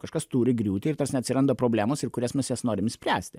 kažkas turi griūti ir ta prasme atsiranda problemos ir kurias mes jas norim išspręsti